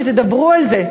שתדברו על זה.